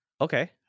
Okay